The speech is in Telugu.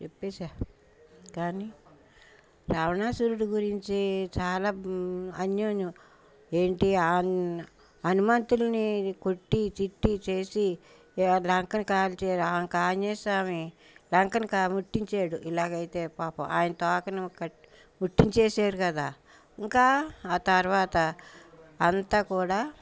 చెప్పేసా కానీ రావణాసురుడు గురించి చాలా అన్యున్యం ఏంటి హనుమంతులని కొట్టి తిట్టి చేసి లంకని కాల్చి ఆంజనేయ స్వామి లంకనికా ముట్టించాడు ఇలాగైతే పాపం ఆయన తోకను ముట్టించేశారు కదా ఇంకా ఆ తర్వాత అంతా కూడా